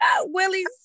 Willie's